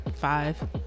Five